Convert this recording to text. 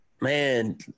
Man